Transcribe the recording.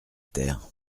terre